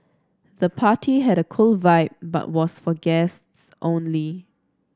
the party had a cool vibe but was for guests only